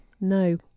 No